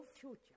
future